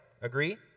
Agree